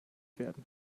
werden